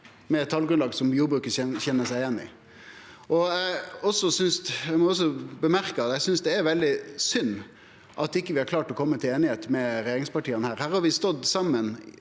med eit talgrunnlag som jordbruket kjenner seg igjen i. Eg må også seie at eg synest det er veldig synd at vi ikkje har klart å kome til einigheit med regjeringspartia. Her har vi stått saman